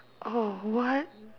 oh what